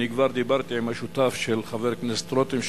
אני כבר דיברתי עם השותף של חבר הכנסת רותם,